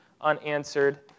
unanswered